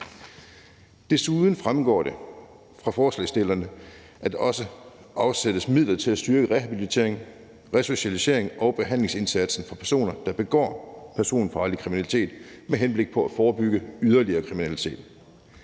Desuden fremgår det af forslaget, at der også skal afsættes midler til at styrke rehabiliteringen, resocialiseringen og behandlingsindsatsen for personer, der begår personfarlig kriminalitet, med henblik på at forebygge yderligere kriminalitet.